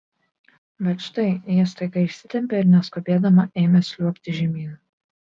bet štai ji staiga išsitempė ir neskubėdama ėmė sliuogti žemyn